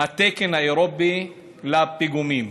התקן האירופי לפיגומים.